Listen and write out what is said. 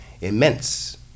immense